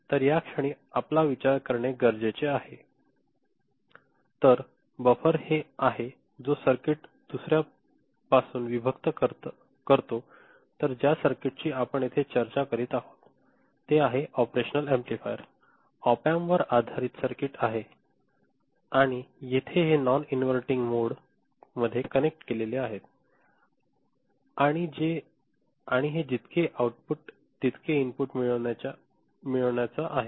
तर याक्षणी आपला विचार करणे गरजेचे आहे तर बफर हे आहे जो एक सर्किट दुसर्यापासून विभक्त करतो तर ज्या सर्किटची आपण येथे चर्चा करीत आहोत ते आहे ऑपेरेशनल ऍम्प्लिफायर ऑप एम्प आधारित सर्किट आहे आणि येथे हे नॉन इनव्हर्टींग मोडमध्ये कनेक्ट केलेले आहे आणि हे जितके आउटपुट तितकेइनपुट मिळवण्याचा आहे